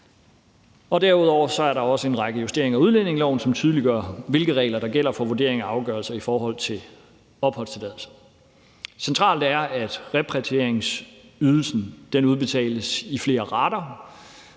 Derudover er der også en række justeringer af udlændingeloven, som tydeliggør, hvilke regler der gælder for vurderinger og afgørelser i forhold til opholdstilladelse. Centralt er, at repatrieringsydelsen udbetales i flere rater: